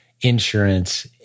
insurance